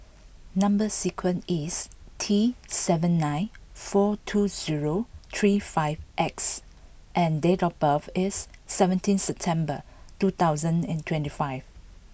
number sequence is T seven nine four two zero three five X and date of birth is seventeen September two thousand and twenty five